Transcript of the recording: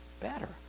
better